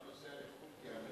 אתה לא